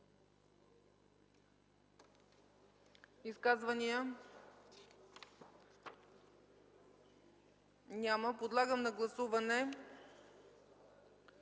Изказвания? Няма. Подлагам на гласуване